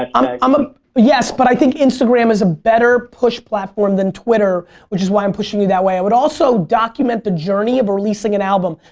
and um ah yes but i think instagram is a better push platform than twitter which is why i'm pushing you that way. i would also document the journey of releasing an album.